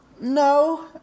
No